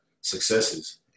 successes